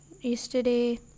yesterday